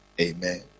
amen